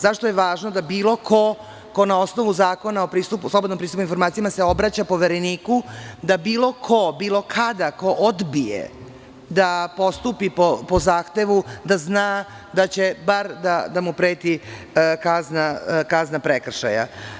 Zašto je važno da bilo ko ko na osnovu Zakona o slobodnom pristupu informacijama se obraća Povereniku, da bilo ko, bilo kada ko odbije da postupi po zahtevu, da zna da će bar da mu preti kazna prekršaja.